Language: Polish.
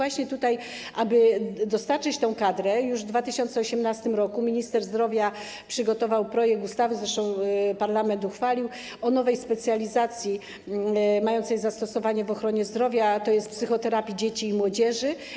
Aby dostarczyć tę kadrę, już w 2018 r. minister zdrowia przygotował projekt ustawy - zresztą parlament ją uchwalił - o nowej specjalizacji mającej zastosowanie w ochronie zdrowia, tj. psychoterapii dzieci i młodzieży.